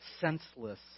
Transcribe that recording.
senseless